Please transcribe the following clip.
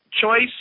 choice